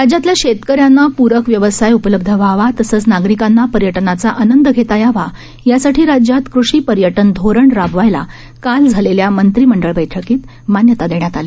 राज्यातल्या शेतकऱ्यांना पूरक व्यवसाय उपलब्ध व्हावा तसंच नागरिकांना पर्यटनाचा आनंद घेता यावा यासाठी राज्यात कृषी पर्यटन धोरण राबवायला काल झालेल्या मंत्रिमंडळ बैठकीत मान्यता देण्यात आली